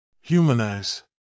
Humanize